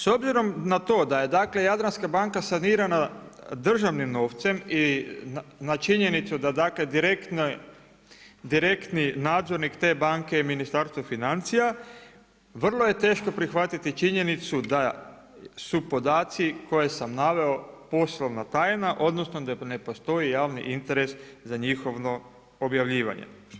S obzirom na to da je dakle Jadranska banka sanirana državnim novce i na činjenicu da dakle, direktni nadzornik je Ministarstvo financija, vrlo je teško prihvatiti činjenicu da su podaci koje sam naveo poslovna tajna, odnosno da ne postoji javni interes za njihovo objavljivanje.